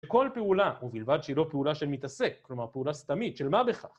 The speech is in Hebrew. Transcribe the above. ‫כל פעולה, ובלבד שהיא לא פעולה ‫של מתעסק, כלומר פעולה סתמית, ‫של מה בכך